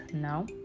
now